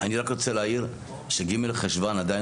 אני רק רוצה להעיר ש-ג' חשון עדיין